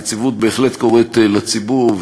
הנציבות בהחלט קוראת לציבור,